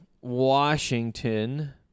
Washington